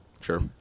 Sure